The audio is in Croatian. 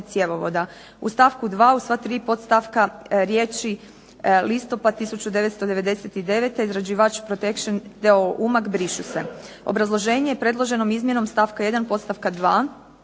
U stavku 2. u sva tri podstavka riječi listopad 1999., izrađivač "Protection" d.o.o. Umag brišu se. Obrazloženje. Predloženom izmjenom stavka 1. podstavka 2.